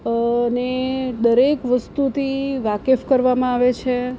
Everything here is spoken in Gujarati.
અને દરેક વસ્તુથી વાકેફ કરવામાં આવે છે